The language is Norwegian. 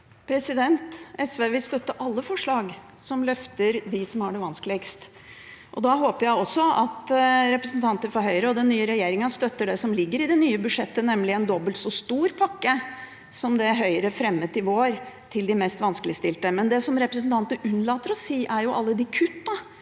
SV vil støtte alle forslag som løfter dem som har det vanskeligst. Da håper jeg også at representanter fra Høyre og den nye regjeringen støtter det som ligger i det nye budsjettet, nemlig en dobbelt så stor pakke som det Høyre fremmet i vår til de mest vanskeligstilte. Men det som representanten unnlater å nevne, er alle de kuttene